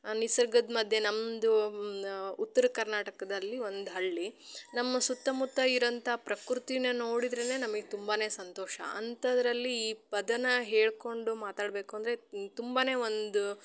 ಆ ನಿಸರ್ಗದ ಮಧ್ಯೆ ನಮ್ಮದು ಉತ್ತರ ಕರ್ನಾಟಕದಲ್ಲಿ ಒಂದು ಹಳ್ಳಿ ನಮ್ಮ ಸುತ್ತಮುತ್ತ ಇರೋಂಥ ಪ್ರಕೃತೀನ ನೋಡಿದ್ರೇನೇ ನಮಗೆ ತುಂಬಾ ಸಂತೋಷ ಅಂಥದ್ರಲ್ಲಿ ಈ ಪದಾನ ಹೇಳಿಕೊಂಡು ಮಾತಾಡಬೇಕು ಅಂದರೆ ತುಂಬಾ ಒಂದು